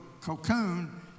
cocoon